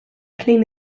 clean